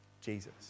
Jesus